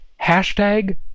Hashtag